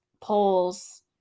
polls